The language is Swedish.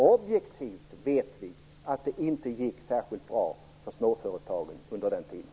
Objektivt vet vi att det inte gick särskilt bra för småföretagen under den tiden.